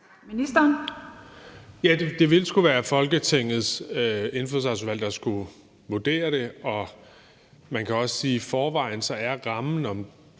det ville være Folketingets Indfødsretsudvalg, der skulle vurdere det. Man kan også sige, at rammen om